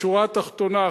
בשורה התחתונה,